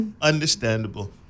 Understandable